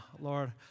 Lord